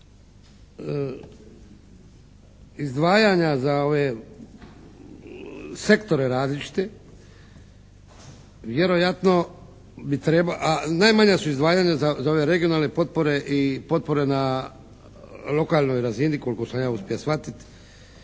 izdvajanja za ove sektore različite vjerojatno a najmanja su izdvajanja za ove regionalne potpore i potpore na lokalnoj razini koliko sam ja uspio shvatiti